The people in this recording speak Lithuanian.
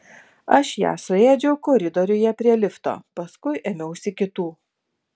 aš ją suėdžiau koridoriuje prie lifto paskui ėmiausi kitų